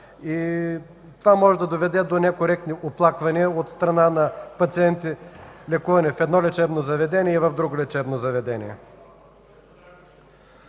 Това може да доведе до некоректни оплаквания от страна на пациенти, лекувани в едно лечебно заведение и в друго лечебно заведение.